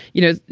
you know,